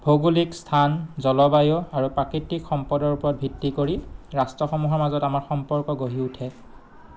ভৌগোলিক স্থান জলবায়ু আৰু প্ৰাকৃতিক সম্পদৰ ওপৰত ভিত্তি কৰি ৰাষ্ট্ৰসমূহৰ মাজত আমাৰ সম্পৰ্ক গঢ়ি উঠে